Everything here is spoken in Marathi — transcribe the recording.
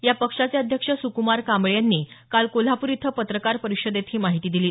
या पक्षाचे अध्यक्ष सुकुमार कांबळे यांनी काल कोल्हापूर इथे पत्रकार परिषदेत ही माहिती दिली